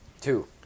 Two